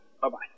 Bye-bye